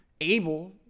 able